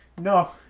No